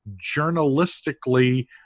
journalistically